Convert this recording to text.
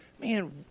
man